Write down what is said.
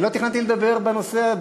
לא תכננתי לדבר בנושא,